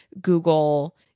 Google